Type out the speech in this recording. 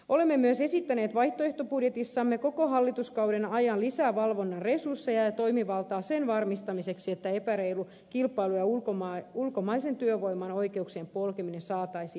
olemme myös esittäneet vaihtoehtobudjetissamme koko hallituskauden ajan lisävalvonnan resursseja ja toimivaltaa sen varmistamiseksi että epäreilu kilpailu ja ulkomaisen työvoiman oikeuksien polkeminen saataisiin kuriin